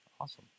Awesome